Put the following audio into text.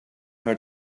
her